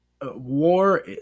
war